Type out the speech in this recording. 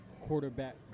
quarterback